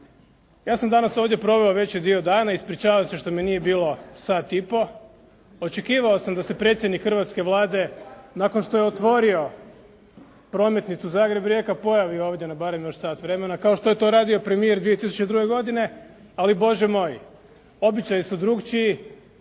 Ja sam danas ovdje proveo veći dio dana. Ispričavam se što me nije bilo sad i pol. Očekivao sam da se predsjednik Hrvatske Vlade nakon što je otvorio prometnicu Zagreb-Rijeka pojavi ovdje na barem još sat vremena, kao što je to radio premijer 2002. godine, ali Bože moj. Običaji su drukčiji,